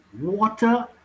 water